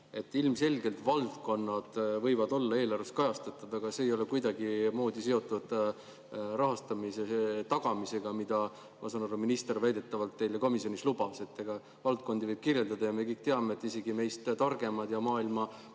Ilmselgelt valdkonnad võivad olla eelarves kajastatud, aga see ei ole kuidagimoodi seotud rahastamise tagamisega, mida, nagu ma aru sain, minister väidetavalt teile komisjonis lubas. Valdkondi võib kirjeldada, aga me kõik teame, et isegi meist targemad [inimesed],